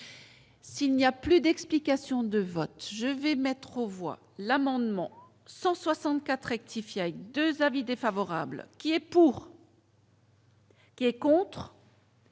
S'il n'y a plus d'explications de vote, je vais mettre aux voix l'amendement 164 actif il y a eu 2 avis défavorables qui est pour. Il est contre.